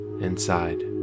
inside